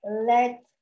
let